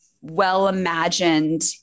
well-imagined